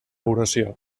oració